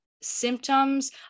symptoms